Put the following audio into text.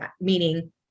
meaning